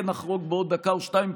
אני כן אחרוג בעוד דקה או שתיים,